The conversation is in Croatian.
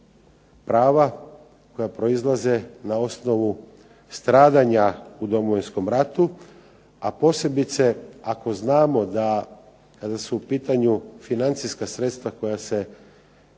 prava koja proizlaze na osnovu stradanja u Domovinskom ratu. A posebice ako znamo da su u pitanju financijska sredstva koja se